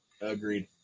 Agreed